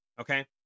okay